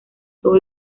todo